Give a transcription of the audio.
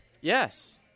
Yes